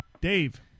Dave